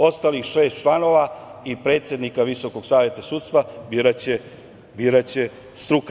Ostalih šest članova i predsednika Visokog saveta sudstva biraće struka.